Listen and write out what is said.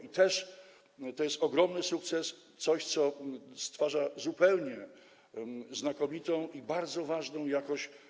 To też jest ogromny sukces, coś, co stwarza zupełnie znakomitą i bardzo ważną jakość.